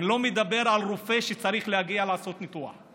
אני לא מדבר על רופא שצריך להגיע לעשות ניתוח,